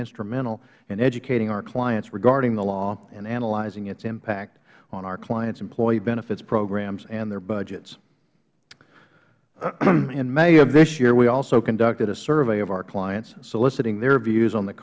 instrumental in educating our clients regarding the law and analyzing its impact on our clients employee benefits programs and their budget in may of this year we also conducted a survey of our clients soliciting their views on th